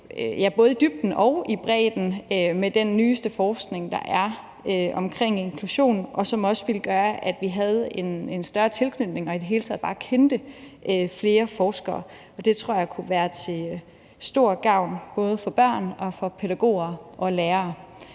både i dybden og i bredden med den nyeste forskning, der er, omkring inklusion, og som også ville gøre, at vi havde større tilknytning og i det hele taget bare kendte flere forskere. Det tror jeg kunne være til stor gavn både for børn og for pædagoger og lærere.